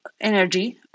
energy